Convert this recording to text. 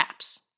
apps